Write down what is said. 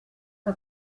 que